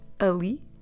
ali